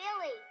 Billy